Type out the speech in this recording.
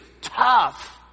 tough